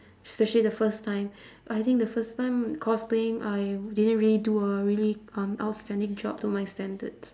especially the first time I think the first time cosplaying I didn't really do a really um outstanding job to my standards